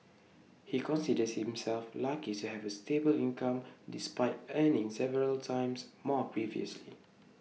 he considers himself luck's have A stable income despite earning several times more previously